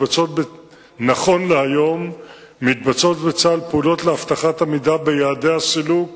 נכון להיום מתבצעות בצה"ל פעולות להבטחת עמידה ביעדי הסילוק